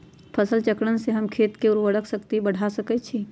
फसल चक्रण से हम खेत के उर्वरक शक्ति बढ़ा सकैछि?